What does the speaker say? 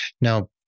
Now